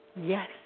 yes